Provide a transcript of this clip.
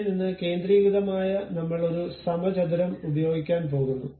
അവിടെ നിന്ന് കേന്ദ്രീകൃതമായ നമ്മൾ ഒരു സമചതുരം ഉപയോഗിക്കാൻ പോകുന്നു